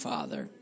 Father